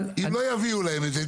אם לא יביאו להם את זה,